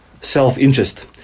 self-interest